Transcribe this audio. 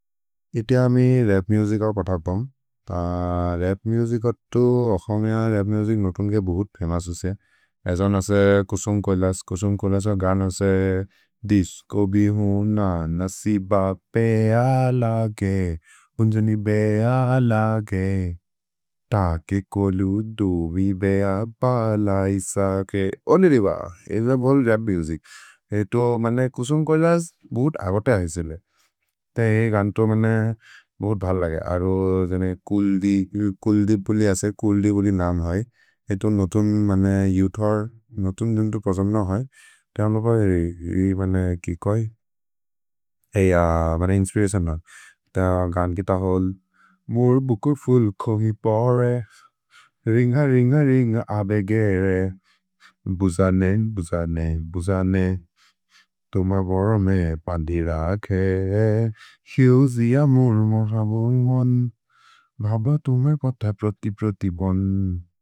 इति अमि रप् मुसिचौ पतत्पम्, त रप् मुसिचतु ओकमिअ रप् मुसिच् नोतुन्के बुहुत् फेमसुसे। एजोन् असे कुसुम् कोइलस्, कुसुम् कोइलस् अगन् असे दिस्को बिहुन् न नसिब पेय लगे, उन्जनि बेय लगे, त के कोलु दोबि बेय बल इस के ओलिरिब। एजो बोल् रप् मुसिच्, एतो मन्ने कुसुम् कोइलस् बुहुत् अगते ऐसेसेले, त ही गन्तो मन्ने बुहुत् भल् लगे, अरो जने कुल्दिपुलि असे, कुल्दिपुलि नाम् है, एतो नोतुन् मन्ने युथोर्, नोतुन् जुन्तो प्रसन्न है। त अम्ल पवेरि, ही मन्ने किकोइ, एय मन्ने इन्स्पिरतिओनल्, त गन् कित होल्। मुर् बुकुर् फुल् कोहि परे, रिन्ग रिन्ग रिन्ग अबेगेरे, बुजने बुजने बुजने, तुम वोर्मे पन्दि रखे, हिउ जिअ मुर् मुर् हबोन् होन्, बब तुमेर् पत प्रति प्रति बोन्।